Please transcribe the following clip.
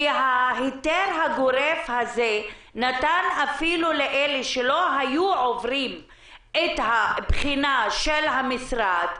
כי ההיתר הגורף הזה נתן אפילו לאלה שלא היו עוברים את הבחינה של המשרד,